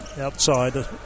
outside